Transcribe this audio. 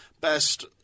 best